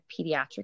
pediatric